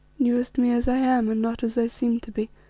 knewest me as i am, and not as i seemed to be,